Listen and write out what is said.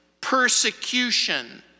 persecution